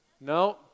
No